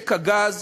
משק הגז